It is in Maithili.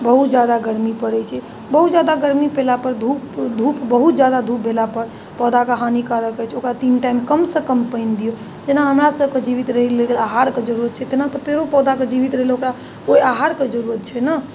बहुत ज्यादा गरमी पड़ै छै बहुत ज्यादा गरमी पड़लापर धूप धूप बहुत ज्यादा धूप भेलापर पौधाके हानिकारक होइ छै ओकरा तीन टाइम कमसँ कम पानि दिऔ जेना हमरासबके जीवित रहै लेल आहारके जरूरत छै तहिना तऽ पेड़ो पौधाके जीवित रहैलए ओकरा ओहि आहारके जरूरत छै ने